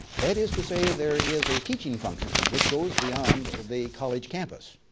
that is to say there is a teaching function which goes beyond the college campus,